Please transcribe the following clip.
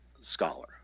scholar